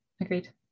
agreed